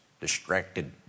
distracted